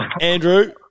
Andrew